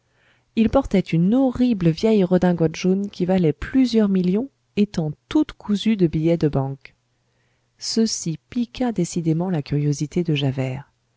il portait une horrible vieille redingote jaune qui valait plusieurs millions étant toute cousue de billets de banque ceci piqua décidément la curiosité de javert